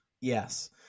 Yes